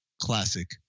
classic